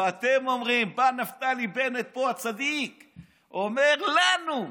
ואתם אומרים, בא נפתלי בנט הצדיק לפה, אומר לנו: